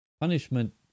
Punishment